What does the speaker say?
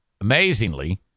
Amazingly